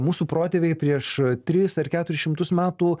mūsų protėviai prieš tris ar keturis šimtus metų